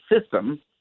system